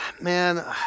man